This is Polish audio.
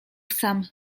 sam